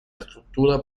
estructura